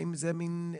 האם זו עמדתכם?